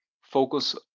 focus